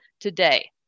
today